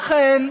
לכן,